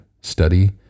study